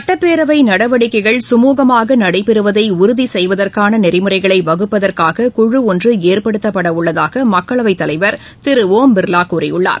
சட்டப்பேரவை நடவடிக்கைகள் குமுகமாக நடைபெறுவதை உறுதி செய்வதற்கான நெறிமுறைகளை வகுப்பதற்காக குழு ஒன்று ஏற்படுத்தப்பட உள்ளதாக மக்களவைத் தலைவர் திரு ஒம் பிர்வா கூறியுள்ளார்